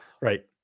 Right